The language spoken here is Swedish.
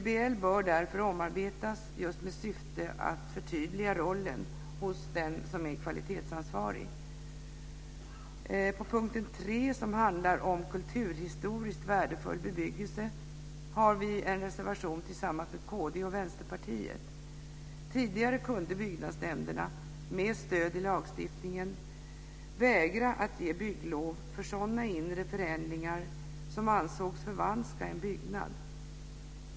PBL bör därför omarbetas just med syfte att förtydliga rollen hos den som är kvalitetsansvarig. Under punkt 3, som handlar om kulturhistoriskt värdefull bebyggelse, har vi en reservation tillsammans med kd och Vänsterpartiet. Tidigare kunde byggnadsnämnderna, med stöd i lagstiftningen, vägra att ge bygglov för sådana inre förändringar som ansågs förvanska en byggnad.